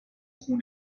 خون